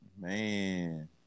Man